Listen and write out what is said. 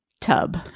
tub